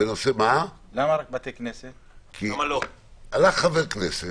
כי עלה חבר כנסת,